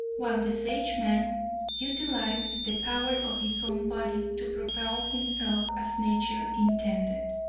while the sageman utilized the power of his own body to propel himself as nature intended.